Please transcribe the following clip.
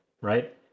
Right